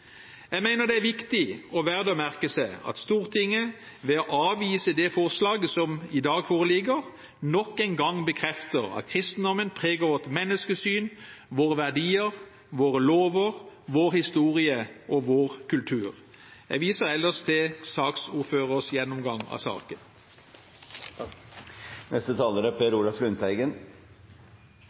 Jeg mener det er viktig og verdt å merke seg at Stortinget, ved å avvise det forslaget som i dag foreligger, nok en gang bekrefter at kristendommen preger vårt menneskesyn, våre verdier, våre lover, vår historie og vår kultur. Jeg viser ellers til saksordførerens gjennomgang av saken. Venstre og SV er